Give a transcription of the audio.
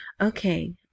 Okay